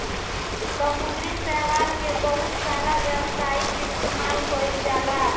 समुंद्री शैवाल के बहुत सारा व्यावसायिक इस्तेमाल कईल जाला